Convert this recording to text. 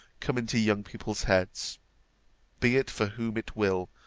come into young people's heads be it for whom it will,